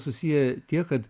susiję tiek kad